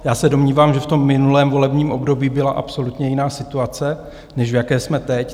Já se domnívám, že v minulém volebním období byla absolutně jiná situace, než v jaké jsme teď.